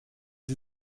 sie